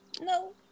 No